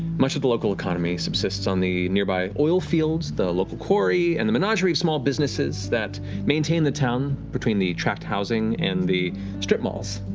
much of the local economy subsists on the nearby oil fields, the local quarry, and the menagerie of small businesses that maintain the town between the tract housing and the strip malls.